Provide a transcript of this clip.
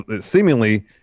seemingly